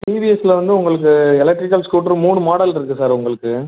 டிவிஎஸ்சில் வந்து உங்களுக்கு electrical scooter மூணு மாடல் இருக்குது சார் உங்களுக்கு